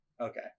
Okay